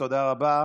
תודה רבה.